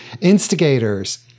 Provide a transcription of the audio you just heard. instigators